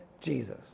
Jesus